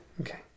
Okay